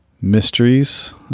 mysteries